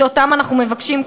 שאותם אנחנו מבקשים,